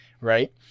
right